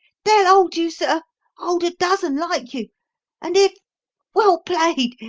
they'll hold you, sir hold a dozen like you and if well played!